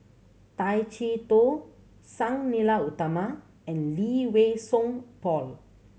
Tay Chee Toh Sang Nila Utama and Lee Wei Song Paul